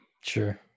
Sure